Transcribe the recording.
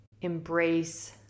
embrace